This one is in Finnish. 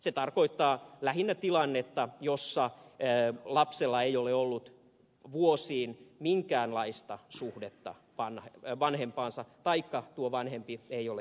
se tarkoittaa lähinnä tilannetta jossa lapsella ei ole ollut vuosiin minkäänlaista suhdetta vanhempaansa taikka tuo vanhempi ei ole edes tiedossa